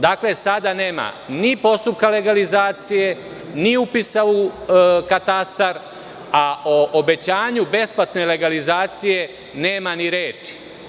Dakle, sada nema ni postupka legalizacije, ni upisa u katastar, a o obećanju besplatne legalizacije nema ni reči.